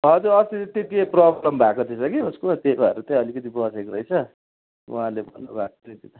हजुर अस्ति त त्यही केही प्रब्लम भएको थिएछ कि उसको त्यही भएर चाहिँ अलिकति बसेको रहेछ उहाँहरूले भन्नुभएको थियो त्यो त